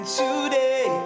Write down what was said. today